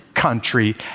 country